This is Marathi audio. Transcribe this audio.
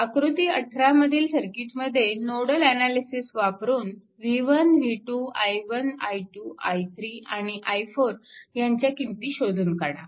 आकृती 18 मधील सर्किटमध्ये नोडल अनालिसिस वापरून v1 v2 i1 i2 i3 आणि i4 यांच्या किंमती शोधून काढा